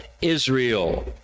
Israel